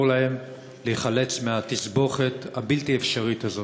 להם להיחלץ מהתסבוכת הבלתי-אפשרית הזאת.